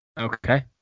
Okay